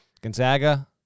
Gonzaga